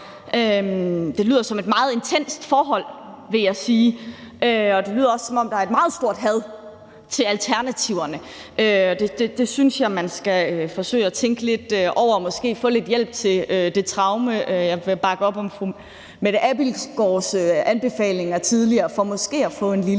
Det lyder som et meget intenst forhold, vil jeg sige, og det lyder også, som om der er et meget stort had til alternativerne. Det synes jeg man skal forsøge at tænke lidt over og måske få lidt hjælp til det traume. Jeg vil bakke op om fru Mette Abildgaards anbefalinger fra tidligere om måske at få en lille